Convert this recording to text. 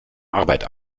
arbeit